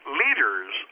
leaders